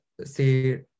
say